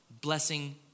blessing